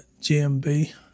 GMB